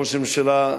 ראש הממשלה,